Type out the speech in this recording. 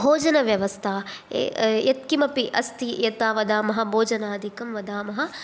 भोजनव्यवस्था य यत् किमपि अस्ति यथा वदामः भोजनाधिकं वदामः